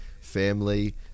family